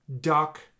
Duck